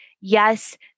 Yes